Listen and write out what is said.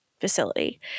facility